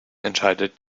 entscheidet